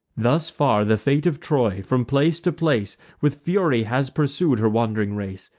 thus far the fate of troy, from place to place, with fury has pursued her wand'ring race.